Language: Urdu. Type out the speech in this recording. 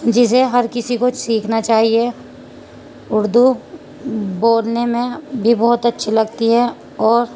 جسے ہر کسی کو سیکھنا چاہیے اردو بولنے میں بھی بہت اچھی لگتی ہے اور